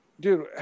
Dude